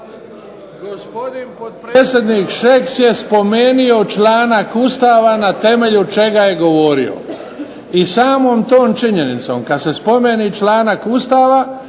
Gospodin potpredsjednik Šeks je spomenuo članak Ustava na temelju čega je govorio. I samom tom činjenicom kad se spomene članak Ustava